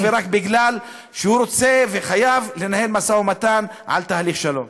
אך ורק כי הוא רוצה וחייב לנהל משא-ומתן על תהליך שלום.